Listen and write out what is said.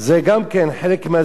הצבע הוא צבע כימי,